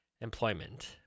employment